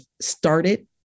started